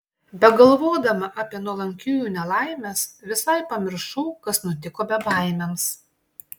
begalvodama apie nuolankiųjų nelaimes visai pamiršau kas nutiko bebaimiams